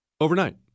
Overnight